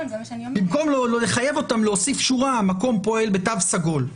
במקום לחייב אותם להוסיף שורה שהמקום פועל בתו סגול,